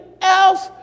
else